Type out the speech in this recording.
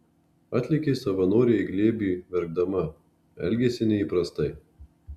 atlėkė savanorei į glėbį verkdama elgėsi neįprastai